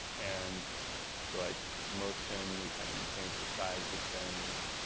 and so like motion, you can change the size of things,